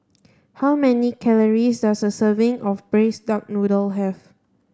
how many calories does a serving of braised duck noodle have